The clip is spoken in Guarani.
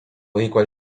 hikuái